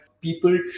people